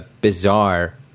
bizarre